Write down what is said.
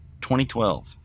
2012